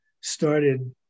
started